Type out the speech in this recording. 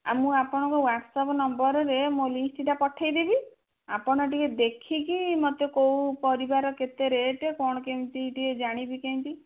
ମୁଁ ଆପଣଙ୍କ ହ୍ୱାଟସ୍ଆପ୍ ନମ୍ବରରେ ମୋ ଲିଷ୍ଟଟା ପଠାଇଦେବି ଆପଣ ଟିକିଏ ଦେଖିକି ମୋତେ କେଉଁ ପରିବାରର କେତେ ରେଟ୍ କ'ଣ କେମିତି ଟିକିଏ ଜାଣିବି କେମିତି